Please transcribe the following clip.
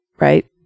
right